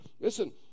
Listen